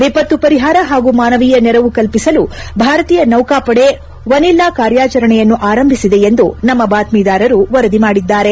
ವಿಪತ್ತು ಪರಿಹಾರ ಹಾಗೂ ಮಾನವೀಯ ನೆರವು ಕಲ್ಪಸಲು ಭಾರತೀಯ ನೌಕಾಪಡೆ ವನಿಲ್ಲಾ ಕಾರ್ಯಚರಣೆಯನ್ನು ಆರಂಭಿಸಿದೆ ಎಂದು ನಮ್ನ ಬಾತ್ತೀದಾರರು ವರದಿ ಮಾಡಿದ್ದಾರೆ